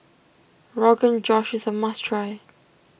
Rogan Josh is a must try